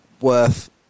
worth